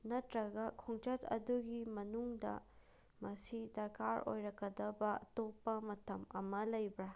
ꯅꯠꯇ꯭ꯔꯒ ꯈꯣꯡꯆꯠ ꯑꯗꯨꯒꯤ ꯃꯅꯨꯡꯗ ꯃꯁꯤ ꯗꯔꯀꯥꯔ ꯑꯣꯏꯔꯛꯀꯗꯕ ꯑꯇꯣꯞꯄ ꯃꯇꯝ ꯑꯃ ꯂꯩꯕ꯭ꯔꯥ